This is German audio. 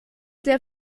der